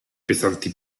pesanti